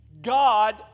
God